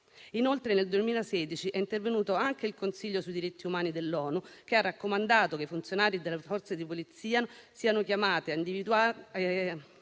Inoltre, nel 2016 è intervenuto anche il Consiglio sui diritti umani dell'ONU, che ha raccomandato che i funzionari delle Forze di polizia siano individualmente